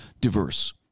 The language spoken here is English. diverse